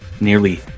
nearly